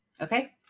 Okay